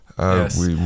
Yes